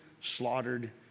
slaughtered